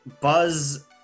Buzz